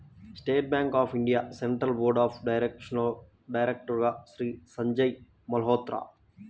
state Bank of India Central Board of డైరెక్టర్స్లో డైరెక్టర్గా శ్రీ సంజయ్ మల్హోత్రా